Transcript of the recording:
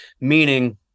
Meaning